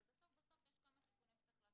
אבל בסוף יש כמה תיקונים שצריך לעשות.